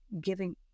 Giving